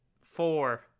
Four